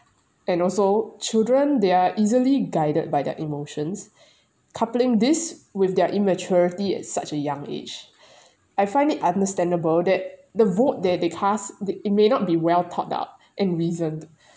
and also children they're easily guided by their emotions coupling this with their immaturity at such a young age I find it understandable that the vote that they cast the it may not be well thought out and reasoned